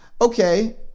Okay